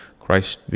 Christ